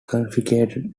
confiscated